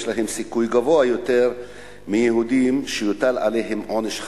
יש להם סיכוי גבוה יותר מיהודים שיוטל עליהם עונש חמור.